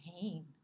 pain